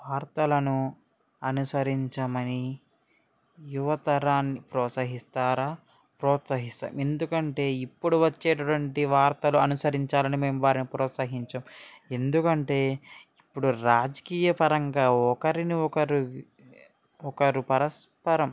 వార్తలను అనుసరించమని యువతరాన్ని ప్రోత్సహిస్తారా ప్రోత్సహిస్తాం ఎందుకంటే ఇప్పడు వచ్చేటటువంటి వార్తలు అనుసరించాలని మేము వారిని ప్రోత్సహించం ఎందుకంటే ఇప్పడు రాజకీయ పరంగా ఒకరినొకరు ఒకరు పరస్పరం